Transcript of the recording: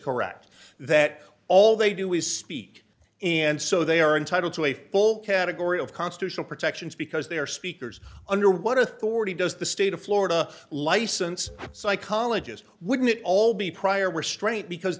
correct that all they do is speak and so they are entitled to a full category of constitutional protections because they are speakers under what authority does the state of florida license psychologist wouldn't it all be prior restraint because